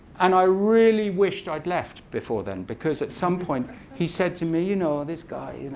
and i really wished i'd left before then because at some point he said to me, you know this guy,